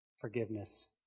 Forgiveness